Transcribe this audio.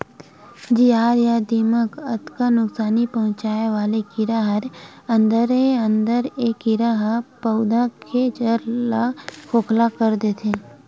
जियार या दिमक अतका नुकसानी पहुंचाय वाले कीरा हरय अंदरे अंदर ए कीरा ह पउधा के जर ल खोखला कर देथे